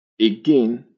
again